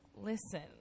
listen